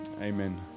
amen